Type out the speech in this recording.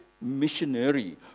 missionary